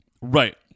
Right